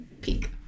peak